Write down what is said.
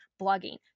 blogging